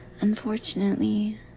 unfortunately